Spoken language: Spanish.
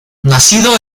nacido